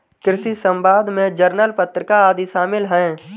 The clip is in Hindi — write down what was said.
कृषि समवाद में जर्नल पत्रिका आदि शामिल हैं